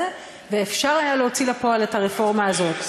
ואפשר היה להוציא לפועל את הרפורמה הזאת.